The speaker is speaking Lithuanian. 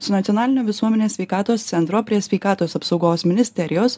su nacionalinio visuomenės sveikatos centro prie sveikatos apsaugos ministerijos